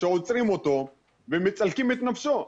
שעוצרים אותו ומצלקים את נפשו.